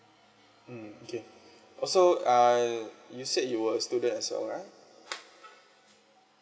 mm okay also uh you said you were student as well right